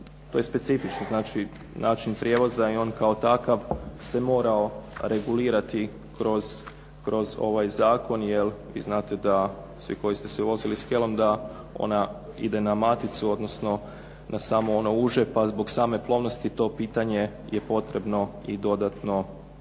to je specifičan način prijelaza i on kao takav se morao regulirati kroz ovaj zakon jer vi znate da svi koji ste se vozili skelom da ona ide na maticu odnosno na samo ono uže pa zbog same plovnosti to pitanje je potrebno i dodatno